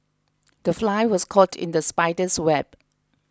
the fly was caught in the spider's web